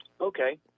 Okay